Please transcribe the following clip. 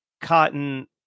Cotton